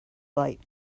light